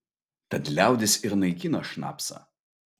tad liaudis ir naikina šnapsą